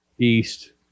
east